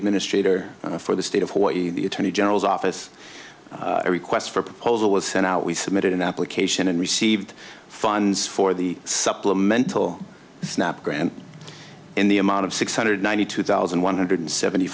administrator for the state of hawaii the attorney general's office a request for proposal was sent out we submitted an application and received funds for the supplemental snap grant in the amount of six hundred ninety two thousand one hundred seventy